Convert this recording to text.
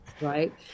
right